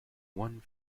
one